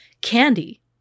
Candy